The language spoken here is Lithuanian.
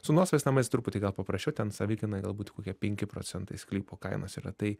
su nuosavais namais truputį gal paprasčiau ten savikainoj galbūt kokie penki procentai sklypo kainos yra tai